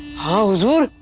house. sure.